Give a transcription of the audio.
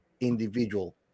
individual